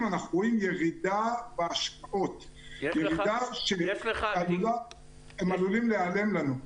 אנחנו רואים ירידה בהשקעה שיכולה להביא לכך שהם עלולים להיעלם לנו.